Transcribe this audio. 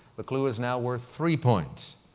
the clue is now worth three points.